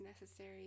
necessary